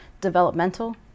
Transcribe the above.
developmental